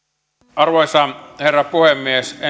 arvoisa herra puhemies